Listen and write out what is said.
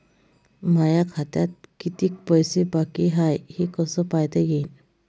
माया खात्यात कितीक पैसे बाकी हाय हे कस पायता येईन?